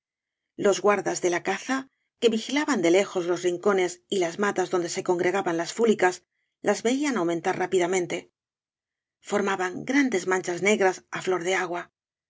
los guardas de la caza que vigilaban de lejos los rincones y las matas donde se congregaban las fúlicas las veían aumentar rápidamente formaban grandes manchas negras á flor de agua